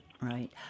right